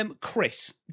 Chris